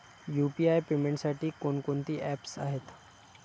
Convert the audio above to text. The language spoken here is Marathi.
यु.पी.आय पेमेंटसाठी कोणकोणती ऍप्स आहेत?